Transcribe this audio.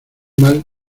mal